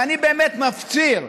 ואני באמת מפציר,